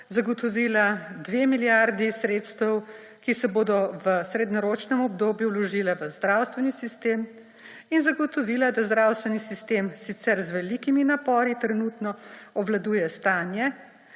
zagotovila 2 milijardi sredstev, ki se bodo v srednjeročnem obdobju vložila v zdravstveni sistem, in zagotovila, da zdravstveni sistem, sicer z velikimi napori, trenutno obvladuje stanje